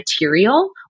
material